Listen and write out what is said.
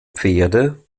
pferde